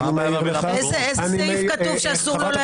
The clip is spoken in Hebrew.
באיזה סעיף כתוב שאסור לו להגיד?